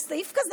יש סעיף כזה.